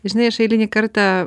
žinai aš eilinį kartą